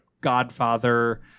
Godfather